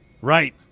Right